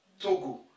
Togo